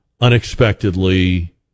unexpectedly